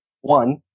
One